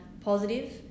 positive